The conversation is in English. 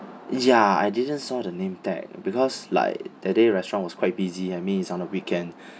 ya I didn't saw the name tag because like that day restaurant was quite busy I mean it's on a weekend